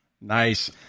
Nice